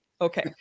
Okay